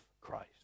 Christ